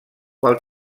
qual